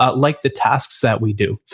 ah like the tasks that we do.